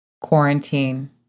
quarantine